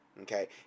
okay